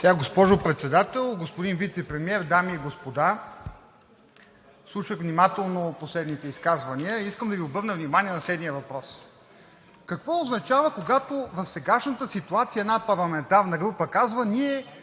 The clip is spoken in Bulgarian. (ДБ): Госпожо Председател, господин Вицепремиер, дами и господа! Слушах внимателно последните изказвания. Искам да Ви обърна внимание на следния въпрос. Какво означава, когато в сегашната ситуация една парламентарна група казва: ние